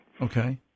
Okay